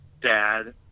dad